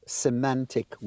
semantic